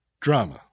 drama